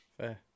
Fair